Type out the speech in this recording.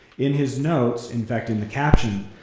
in his notes, infecting the caption,